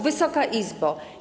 Wysoka Izbo!